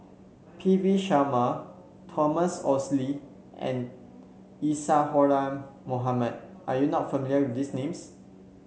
P V Sharma Thomas Oxley and Isadhora Mohamed are you not familiar with these names